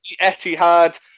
Etihad